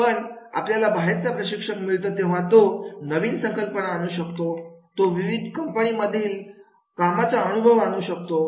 पण आपल्याला बाहेरचा प्रशिक्षक मिळतो तेव्हा तो नवीन संकल्पना आणू शकतो तो विविध कंपनी मधील कामाचा अनुभव आणू शकतो